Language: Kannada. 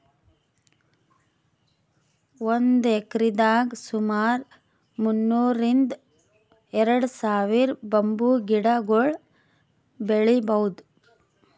ಒಂದ್ ಎಕ್ರೆದಾಗ್ ಸುಮಾರ್ ಮುನ್ನೂರ್ರಿಂದ್ ಎರಡ ಸಾವಿರ್ ಬಂಬೂ ಗಿಡಗೊಳ್ ಬೆಳೀಭೌದು